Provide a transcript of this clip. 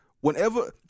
whenever